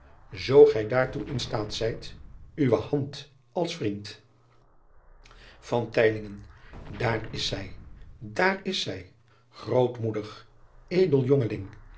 zoo gij daartoe in staat zijt dan uwe hand als vriend aar is zij daar is zij grootmoedig edel